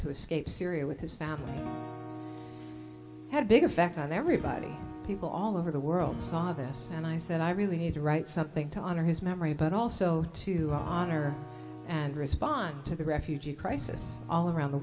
to escape syria with his family had big effect on everybody people all over the world saw this and i said i really need to write something to honor his memory but also to honor and respond to the refugee crisis all around the